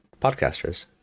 Podcasters